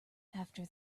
after